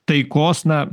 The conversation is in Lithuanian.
taikos na